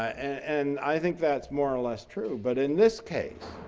and i think that's more or less true, but in this case,